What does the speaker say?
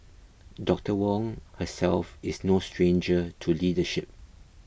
Doctor Wong herself is no stranger to leadership